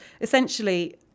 essentially